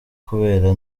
kubera